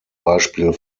beispiel